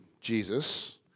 Jesus